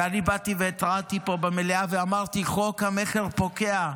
ואני באתי והתרעתי פה במליאה ואמרתי: חוק המכר פוקע,